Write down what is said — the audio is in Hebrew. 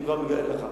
אני כבר מגלה לך.